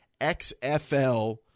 XFL